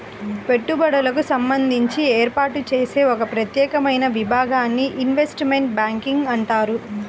పెట్టుబడులకు సంబంధించి ఏర్పాటు చేసే ఒక ప్రత్యేకమైన విభాగాన్ని ఇన్వెస్ట్మెంట్ బ్యాంకింగ్ అంటారు